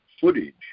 footage